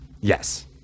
Yes